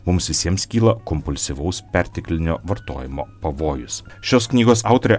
mums visiems kyla kompulsyvaus perteklinio vartojimo pavojus šios knygos autorė